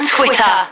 Twitter